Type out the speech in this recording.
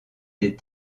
des